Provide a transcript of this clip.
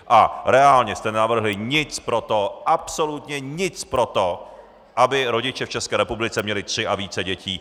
A reálně jste nenavrhli nic pro to, absolutně nic pro to, aby rodiče v České republice měli tři a více dětí.